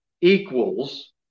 equals